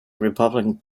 republican